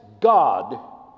God